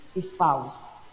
spouse